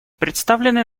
представленный